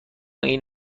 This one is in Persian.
این